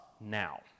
now